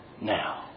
now